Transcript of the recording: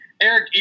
Eric